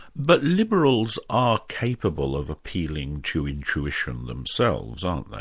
but liberals are capable of appealing to intuition themselves, aren't they?